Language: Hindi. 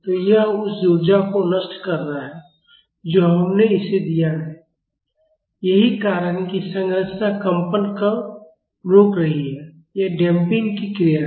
तो यह उस ऊर्जा को नष्ट कर रहा है जो हमने इसे दिया है यही कारण है कि संरचना कंपन को रोक रही है यह डैम्पिंग की क्रिया है